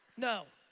no,